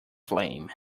flame